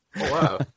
Wow